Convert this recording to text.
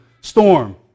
storm